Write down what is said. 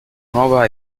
nuova